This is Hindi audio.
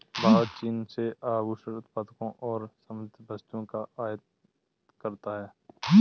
भारत चीन से आभूषण उत्पादों और संबंधित वस्तुओं का आयात करता है